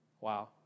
Wow